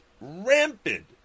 Rampant